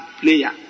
player